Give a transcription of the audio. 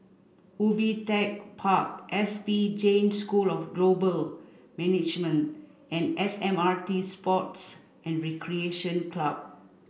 Ubi Tech Park S P Jain School of Global Management and S M R T Sports and Recreation Club